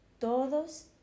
todos